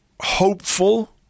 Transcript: hopeful